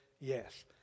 yes